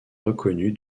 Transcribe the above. reconnu